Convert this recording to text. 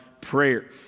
prayer